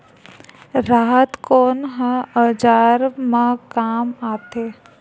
राहत कोन ह औजार मा काम आथे?